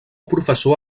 professor